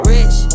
Rich